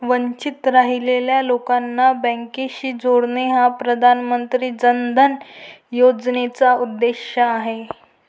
वंचित राहिलेल्या लोकांना बँकिंगशी जोडणे हा प्रधानमंत्री जन धन योजनेचा उद्देश आहे